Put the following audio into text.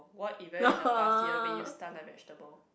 what event in the past year made you stunned like a vegetable